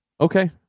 okay